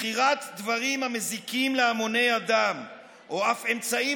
מכירת דברים המזיקים להמוני אדם או אף אמצעים